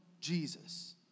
Jesus